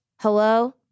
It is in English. hello